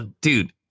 Dude